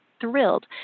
thrilled